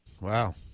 Wow